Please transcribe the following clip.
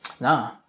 No